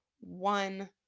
One